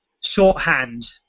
shorthand